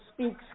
speaks